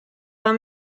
d’un